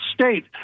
state